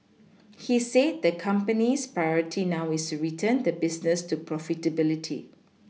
he said the company's Priority now is to return the business to profitability